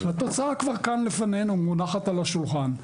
התוצאה כבר מונחת לפנינו כאן, על השולחן.